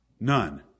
None